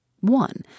One